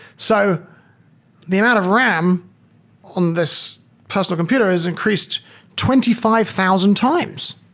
so the amount of ram on this personal computer has increased twenty five thousand times.